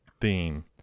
theme